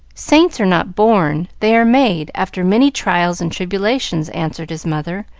saints are not born they are made after many trials and tribulations, answered his mother,